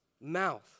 mouth